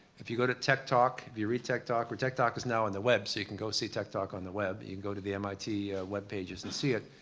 if you go to tech talk if you read tech talk, or tech talk is now on the web so you can go see tech talk on the web. you can go to the mit web pages and see it.